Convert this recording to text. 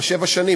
שבע שנים,